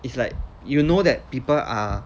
it's like you know that people are